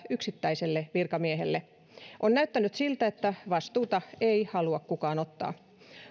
yksittäiselle virkamiehelle on näyttänyt siltä että vastuuta ei halua kukaan ottaa